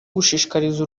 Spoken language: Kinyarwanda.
gushishikariza